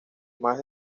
más